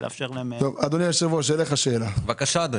אדוני היושב-ראש, יש לי שאלה אליך.